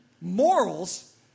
Morals